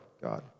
God